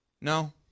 No